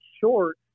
short